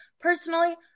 Personally